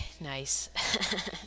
nice